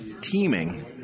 teaming